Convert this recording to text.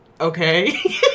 okay